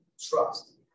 trust